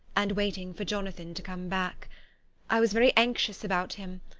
and waiting for jonathan to come back i was very anxious about him,